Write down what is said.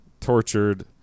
tortured